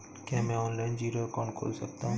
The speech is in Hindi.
क्या मैं ऑनलाइन जीरो अकाउंट खोल सकता हूँ?